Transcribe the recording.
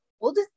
old